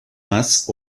más